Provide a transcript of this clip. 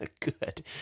Good